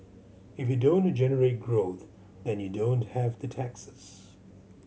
if you don't generate growth then you don't have the taxes